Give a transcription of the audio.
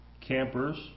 Campers